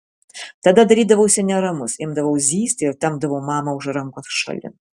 tada darydavausi neramus imdavau zyzti ir tempdavau mamą už rankos šalin